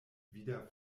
wieder